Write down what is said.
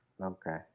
okay